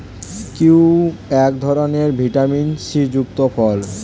kiwi এক ধরনের vitamin C যুক্ত ফল